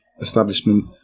establishment